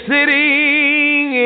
Sitting